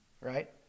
right